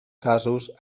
casos